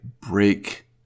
break